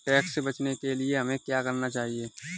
Tax से बचने के लिए हमें क्या करना चाहिए?